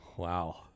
Wow